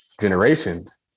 generations